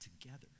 together